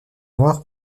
noires